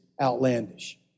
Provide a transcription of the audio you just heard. outlandish